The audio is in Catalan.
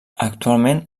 actualment